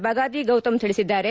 ಬಗಾದಿ ಗೌತಮ್ ತಿಳಿಸಿದ್ದಾರೆ